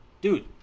Dude